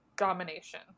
Domination